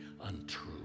untrue